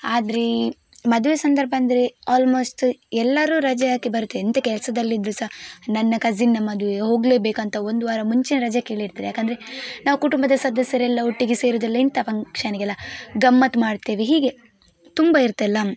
ಆದರೆ ಮದುವೆ ಸಂದರ್ಭ ಅಂದರೆ ಆಲ್ಮೋಸ್ಟ್ ಎಲ್ಲರೂ ರಜೆ ಹಾಕಿ ಬರ್ತೆ ಎಂಥ ಕೆಲಸದಲ್ಲಿದ್ದರೂ ಸಹ ನನ್ನ ಕಸಿನ್ನ ಮದುವೆ ಹೋಗಲೇಬೇಕಂತ ಒಂದು ವಾರ ಮುಂಚೆಯೇ ರಜೆ ಕೇಳಿರ್ತಾರೆ ಯಾಕೆಂದರೆ ನಾವು ಕುಟುಂಬದ ಸದಸ್ಯರೆಲ್ಲ ಒಟ್ಟಿಗೆ ಸೇರೋದೆಲ್ಲ ಇಂಥ ಫಂಕ್ಷನ್ಗೆಲ್ಲ ಗಮ್ಮತ್ತು ಮಾಡ್ತೇವೆ ಹೀಗೆ ತುಂಬ ಇರುತ್ತೆ ಅಲ್ಲ